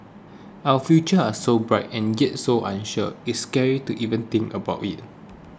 our futures are so bright and get so unsure it's scary to even think about it